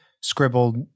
scribbled